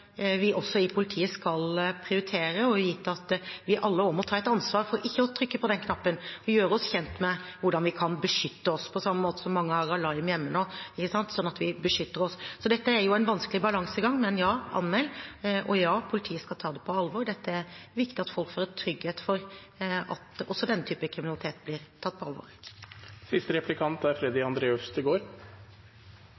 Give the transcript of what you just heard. vi også i politiet skal prioritere, og gitt at vi alle også må ta et ansvar for ikke å trykke på den knappen, for å gjøre oss kjent med hvordan vi kan beskytte oss –på samme måte som at mange nå har alarm hjemme for å beskytte seg – er dette en vanskelig balansegang. Men ja, anmeld, og ja, politiet skal ta det på alvor. Dette er det viktig at folk føler trygghet for, at også denne typen kriminalitet blir tatt på alvor. Det er